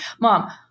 mom